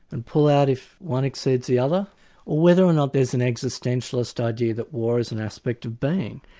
and pull out if one exceeds the other. or whether or not there's an existentialist idea that war is an aspect of being.